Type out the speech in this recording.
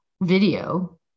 video